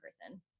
person